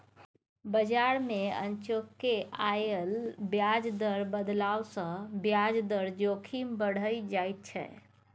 बजार मे अनचोके आयल ब्याज दर बदलाव सँ ब्याज दर जोखिम बढ़ि जाइत छै